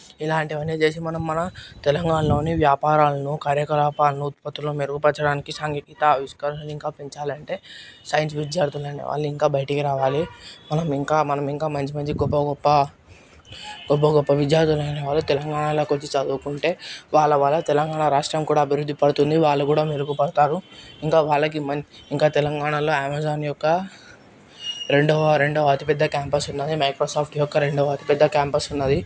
ఇలాంటివన్నీ చేసి మనం మన తెలంగాణలోని వ్యాపారాలను కార్యకలాపాలను ఉత్పత్తిలో మెరుగుపరచడానికి సాంకేతిక ఆవిష్కరణని ఇంకా పెంచాలి అంటే సైన్స్ విద్యార్థులను వాళ్లు ఇంకా బయటికి రావాలి మనం ఇంకా మనం ఇంకా మంచి మంచి గొప్ప గొప్ప గొప్ప గొప్ప విద్యార్థులైన వాళ్ళు తెలంగాణలోకి వచ్చి చదువుకుంటే వాళ్ల వాళ్ల తెలంగాణ రాష్ట్రం కూడా అభివృద్ధి పడుతుంది వాళ్లు కూడా మెరుగుపడతారు ఇంకా వాళ్ళకి మంచి ఇంకా తెలంగాణలో అమెజాన్ యొక్క రెండవ రెండవ అతిపెద్ద క్యాంపస్ ఉన్నాయి మైక్రోసాఫ్ట్ యొక్క రెండు పెద్ద క్యాంపస్ ఉన్నది